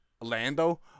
Lando